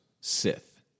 Sith